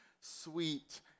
sweet